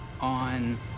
on